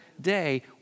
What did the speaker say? day